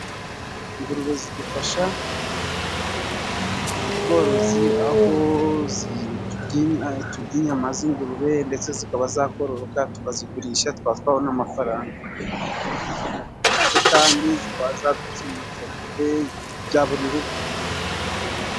Ingurube zidufasha mu bworozi aho turya inyama z'ingurube ndetse zikaba zakororoka tukazigurisha tukaba twabona amafaranga ndetse kandi zikaba zadufasha mu iterambere rya buri rugo.